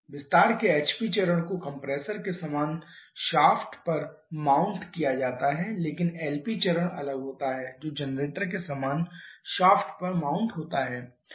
विस्तार के HP चरण को कंप्रेसर के समान शाफ्ट पर माउंट किया जाता है लेकिन LP चरण अलग होता है जो जनरेटर के समान शाफ्ट पर माउंट होता है